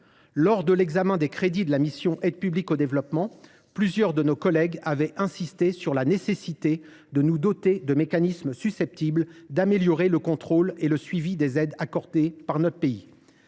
Lors de l’examen des crédits de la mission « Aide publique au développement », plusieurs de nos collègues avaient insisté sur la nécessité de se doter de mécanismes susceptibles d’améliorer le contrôle et le suivi des aides accordées par notre pays.